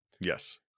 Yes